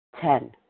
Ten